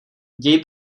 děj